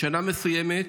בשנה מסוימת